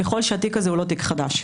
ככל שהתיק הזה הוא לא תיק חדש.